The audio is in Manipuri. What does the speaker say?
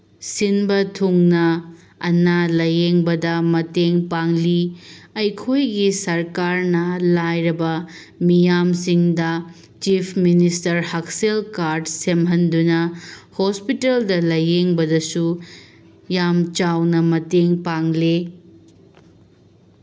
ꯁꯤꯟꯕ ꯊꯨꯡꯅ ꯑꯅꯥ ꯂꯥꯏꯌꯦꯡꯕꯗ ꯃꯇꯦꯡ ꯄꯥꯡꯂꯤ ꯑꯩꯈꯣꯏꯒꯤ ꯁꯔꯀꯥꯔꯅ ꯂꯥꯏꯔꯕ ꯃꯤꯌꯥꯝꯁꯤꯡꯗ ꯆꯤꯐ ꯃꯤꯅꯤꯁꯇꯔ ꯍꯛꯁꯦꯜ ꯀꯥꯔꯠ ꯁꯦꯝꯍꯟꯗꯨꯅ ꯍꯣꯁꯄꯤꯇꯥꯜꯗ ꯂꯥꯏꯌꯦꯡꯕꯗꯁꯨ ꯌꯥꯝ ꯆꯥꯎꯅ ꯃꯇꯦꯡ ꯄꯥꯡꯂꯤ